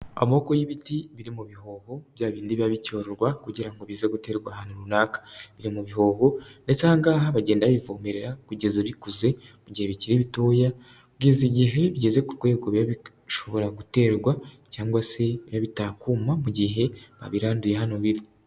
Amoko y'ibiti biri mu bihobo bya bindi biba bicyororwa kugira bize guterwa ahantu runaka, biri mu bihoho ndetse aha ngaha bagenda bivomerera kugeza bikuze mu gihe bikiri bitoya kugeza igihe bigeze ku rwego biba bishobora guterwa cyangwa se bitakuma mu gihe babiranduye hano biri.